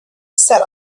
sat